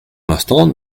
l’instant